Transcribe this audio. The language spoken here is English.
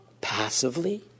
passively